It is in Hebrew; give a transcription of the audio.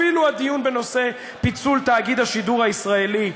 אפילו הדיון בנושא פיצול תאגיד השידור הישראלי.